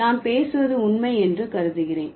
நான் பேசுவது உண்மை என்று கருதுகிறேன்